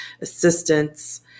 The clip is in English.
assistance